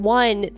one